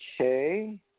Okay